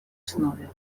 основе